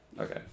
Okay